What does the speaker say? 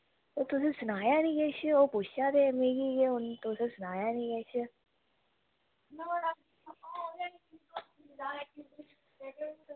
ओह् तुसें सनाया नी किश ओह् पुच्छा दे हे मिगी के हून तुस सनाया नी किश